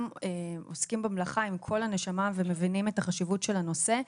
עוסקים במלאכה עם כל הנשמה ומבינים את החשיבות של הנושא,